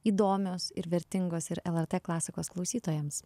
įdomios ir vertingos ir lrt klasikos klausytojams